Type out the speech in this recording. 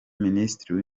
minisitiri